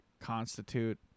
constitute